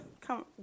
come